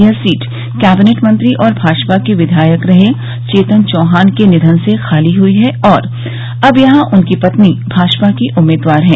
यह seat cabinet मंत्री और भाजपा के विधायक रहे चेतन चौहान के निधन से खाली हुई है और अब यहां से उनकी पत्नी भाजपा की उम्मीदवार हैं